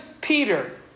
Peter